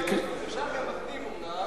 33 בעד, אין מתנגדים, אין נמנעים.